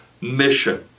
mission